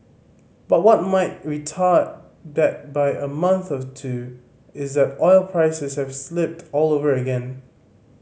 but what might retard that by a month or two is that oil prices have slipped all over again